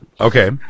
Okay